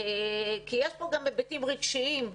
שיש בו גם היבטים רגשיים.